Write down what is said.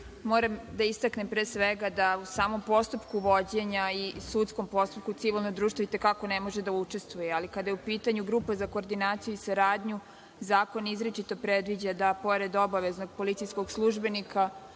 Moram da istaknem pre svega da u samom postupku vođenja i sudskom postupku civilno društvo i te kako ne može da učestvuje, ali kada je u pitanju grupa za koordinaciju i saradnju, zakon izričito predviđa da pored obaveznog policijskog službenika,